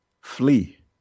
flee